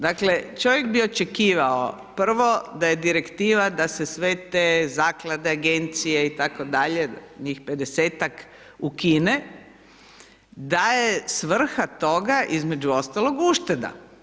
Dakle, čovjek bi očekivao, prvo da je direktiva da se sve te zaklade, agencije itd., njih 50-tak ukine, da je svrha toga, između ostalog ušteda.